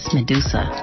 Medusa